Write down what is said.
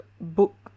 book